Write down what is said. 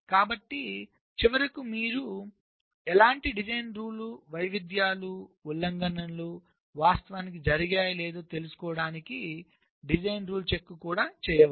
కాబట్టి చివరికి మీరు అలాంటి డిజైన్ రూల్ వైవిధ్యాలు ఉల్లంఘనలు వాస్తవానికి జరిగాయో లేదో తెలుసుకోవడానికి డిజైన్ రూల్ చెక్ కూడా చేయవచ్చు